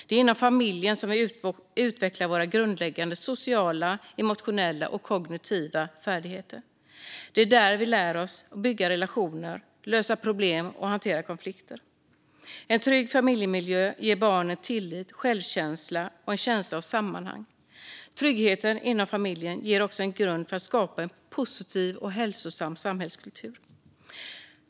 Det är inom familjen som vi utvecklar våra grundläggande sociala, emotionella och kognitiva färdigheter. Det är där vi lär oss att bygga relationer, lösa problem och hantera konflikter. En trygg familjemiljö ger barnen tillit, självkänsla och en känsla av sammanhang. Tryggheten inom familjen ger också en grund för att skapa en positiv och hälsosam samhällskultur.